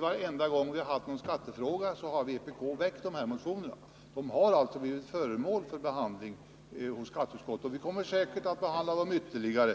Varenda gång vi har behandlat en skattefråga har vpk väckt liknande motioner, och förslagen har blivit föremål för behandling av skatteutskottet, och utskottet kommer säkert att behandla dem ytterligare.